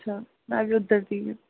अच्छा में बी उद्धर दी गै